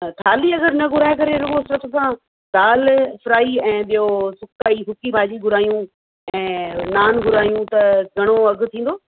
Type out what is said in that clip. त थाली अगरि न घुराए करे रूॻो सिर्फ़ मां दालि फ़्राई ऐं ॿियो सुकाई सुकी भाॼी घुरायूं ऐं नान घुरायूं त घणो अघि थींदो